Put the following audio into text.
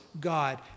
God